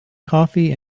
coffee